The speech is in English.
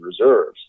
reserves